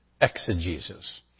exegesis